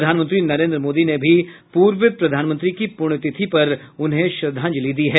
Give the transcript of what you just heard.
प्रधानमंत्री नरेन्द्र मोदी ने भी पूर्व प्रधानमंत्री की पुण्यतिथि पर उन्हें श्रद्धांजलि दी है